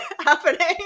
happening